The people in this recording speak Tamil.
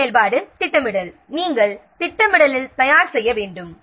முதல் செயல்பாடு திட்டமிடல் நாம் திட்டமிடல் தயார் செய்ய வேண்டும்